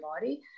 body